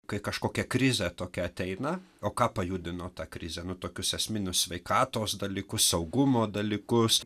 kai kažkokia krizė tokia ateina o ką pajudino ta krizė nu tokius esminius sveikatos dalykus saugumo dalykus